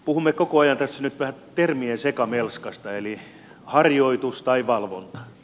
puhumme koko ajan tässä nyt vähän termien sekamelskasta harjoituksesta ja valvonnasta